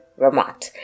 Ramat